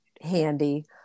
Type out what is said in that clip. handy